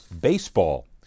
baseball